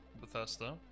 Bethesda